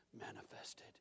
manifested